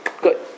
Good